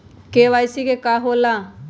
KYC का हो के ला?